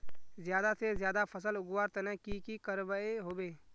ज्यादा से ज्यादा फसल उगवार तने की की करबय होबे?